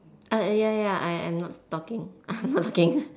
err ya ya I I'm not talking I'm not talking